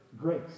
grace